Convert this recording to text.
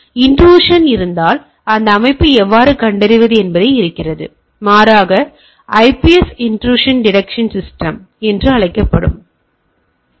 எனவே ஒரு இன்ட்ரூசன் இருந்தால் அந்த அமைப்பை எவ்வாறு கண்டறிவது என்பது இருக்கிறது மாறாக ஐபிஎஸ் இன்ட்ரூசன் செக்யூரிட்டி சிஸ்டம் என்று அழைக்கப்படும் மற்றொரு வகை அமைப்பு உள்ளது